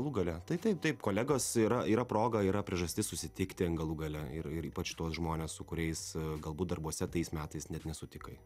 galų gale tai taip taip kolegos yra yra proga yra priežastis susitikt ten galų gale ir ir ypač tuos žmones su kuriais galbūt darbuose tais metais net nesutikai